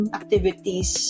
activities